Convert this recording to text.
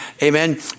amen